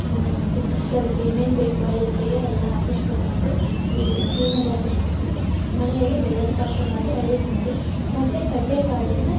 must first ಅದಕ್ಕೆ ಏನೇನು ಬೇಕು ಅರಳಿಟ್ಟಿಗೆ ಎಲ್ಲ ಹಾಕಿಸ್ಕೊಂಡ್ಬಂದು ಇದು ಜೀನಲ್ಲಿ ಹಾಕಿಸ್ಕೊಂಡ್ಬಂದು ಮನೆಯಲ್ಲಿ ಬೆಲ್ಲದ ಪಾಕ ಮಾಡಿ ಅರ್ಳಿಟ್ಟು ಮಾಡಿ ಮತ್ತು ಕಡಲೇ ಕಾಳಿಂದ